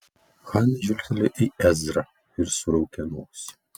hana žvilgtelėjo į ezrą ir suraukė nosį